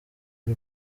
y’u